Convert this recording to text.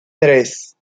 tres